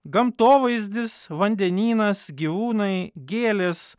gamtovaizdis vandenynas gyvūnai gėlės